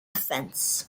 fens